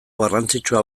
garrantzitsua